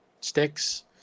sticks